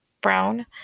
brown